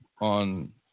on